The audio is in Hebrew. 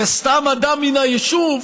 וסתם אדם מן היישוב,